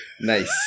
Nice